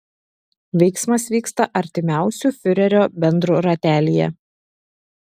veiksmas vyksta artimiausių fiurerio bendrų ratelyje